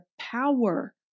power